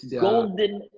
golden